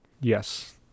Yes